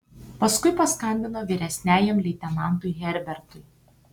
paskui paskambino vyresniajam leitenantui herbertui